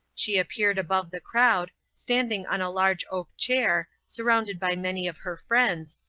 she appeared above the crowd, standing on a large oak chair, surrounded by many of her friends,